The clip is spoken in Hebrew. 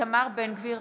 איתמר בן גביר,